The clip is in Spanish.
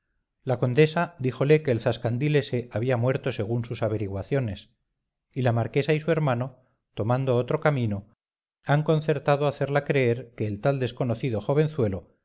la condesa díjole que el zascandil ese había muerto según sus averiguaciones y la marquesa y su hermano tomando otro camino han concertado hacerla creer que el tal desconocido